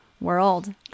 world